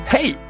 Hey